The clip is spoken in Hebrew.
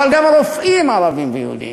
אבל גם הרופאים הם ערבים ויהודים,